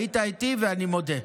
היית איתי, אני מודה.